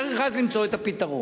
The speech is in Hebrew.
צריך אז למצוא את הפתרון.